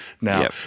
now